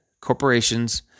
corporations